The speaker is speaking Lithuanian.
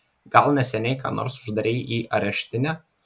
gal neseniai ką nors uždarei į areštinę